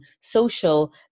social